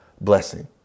blessing